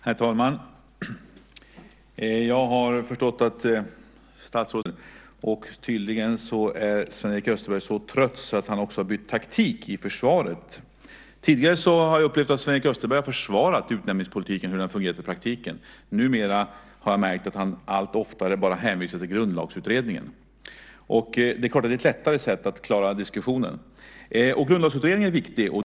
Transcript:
Herr talman! Jag har förstått att statsrådet Sven-Erik Österberg är trött på den här typen av interpellationer. Tydligen är Sven-Erik Österberg så trött att han också har bytt taktik i försvaret. Tidigare har jag upplevt att Sven-Erik Österberg har försvarat utnämningspolitiken och hur den har fungerat i praktiken. Numera har jag märkt att han allt oftare bara hänvisar till Grundlagsutredningen. Det är klart att det är ett lättare sätt att klara diskussionen. Grundlagsutredningen är viktig.